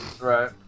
Right